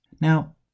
Now